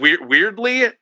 weirdly